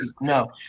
no